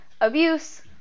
abuse